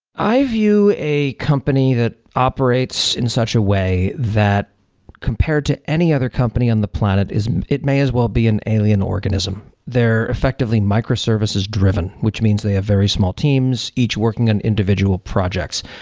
i view a company that operates in such a way that compared to any other company in the planet is it may as well be an alien organism. they're effectively microservices driven, which means they have very small teams each working on individual projects.